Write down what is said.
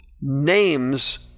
names